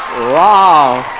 wow!